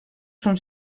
són